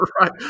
right